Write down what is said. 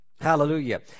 Hallelujah